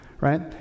right